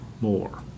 More